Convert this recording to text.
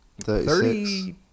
Thirty